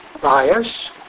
bias